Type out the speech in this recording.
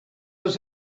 was